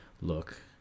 look